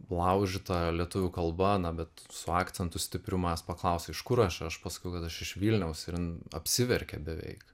laužyta lietuvių kalba na bet su akcentu stipriu manęs paklausė iš kur aš paskui kad aš iš vilniaus ir jin apsiverkė beveik